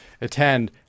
attend